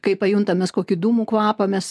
kai pajuntam mes kokį dūmų kvapą mes